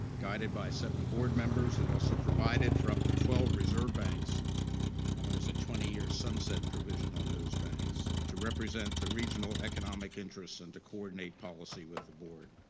guided by seven board members. it also provided for up to twelve reserve banks and there was a twenty year sunset provision on those banks to represent the regional economic interests and to coordinate policy with the board.